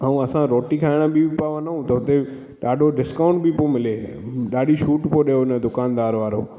ऐं असां रोटी खाइण बि पिया वञू त हुते ॾाढो डिस्काउंट बि पियो मिले ॾाढी छूट पियो ॾे हुन दुकानदार वारो